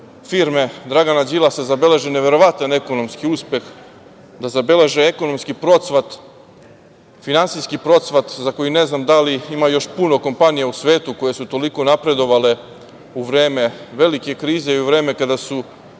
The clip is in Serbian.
firme Dragana Đilasa zabeleže neverovatan ekonomski uspeh, da zabeleže ekonomski procvat, finansijski procvat za koji ne znam da li ima još puno kompanija u svetu koje su toliko napredovale u vreme velike krize i u vreme kada su